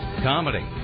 comedy